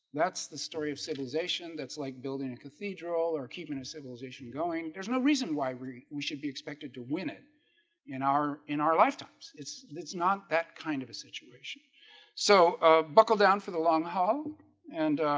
that's the story of civilization that's like building a cathedral or keeping a civilization going there's no reason why we we should be expected to win it in our in our lifetimes. it's it's not that kind of a situation so buckle down for the long haul and